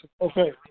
Okay